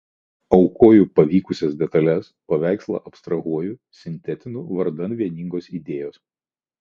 aukoju pavykusias detales paveikslą abstrahuoju sintetinu vardan vieningos idėjos